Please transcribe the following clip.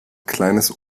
kleines